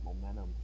momentum